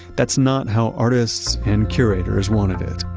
that's not how artists and curators wanted it.